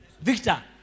Victor